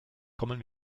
kommen